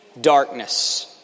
darkness